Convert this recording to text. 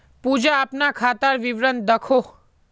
पूजा अपना खातार विवरण दखोह